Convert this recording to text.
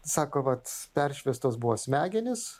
sako vat peršviestos buvo smegenys